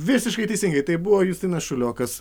visiškai teisingai tai buvo justinas šuliokas